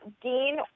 Dean